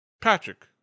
patrick